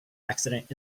accident